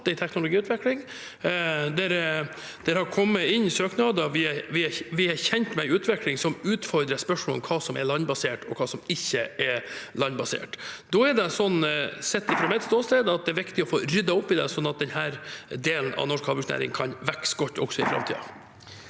en teknologiutvikling, og det har kommet inn søknader. Vi er kjent med en utvikling som utfordrer spørsmålet om hva som er landbasert, og hva som ikke er landbasert. Sett fra mitt ståsted er det viktig å få ryddet opp i det, sånn at denne delen av norsk havbruksnæring kan vokse godt også i framtiden.